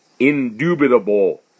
indubitable